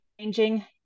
changing